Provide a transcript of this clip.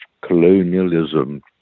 colonialism